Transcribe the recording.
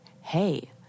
hey